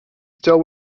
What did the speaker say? still